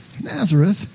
Nazareth